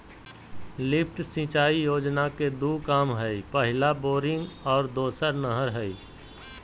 lift सिंचाई योजना के दू काम हइ पहला बोरिंग और दोसर नहर हइ